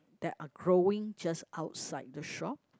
that are growing just outside the shop